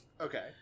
Okay